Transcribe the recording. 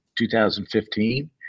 2015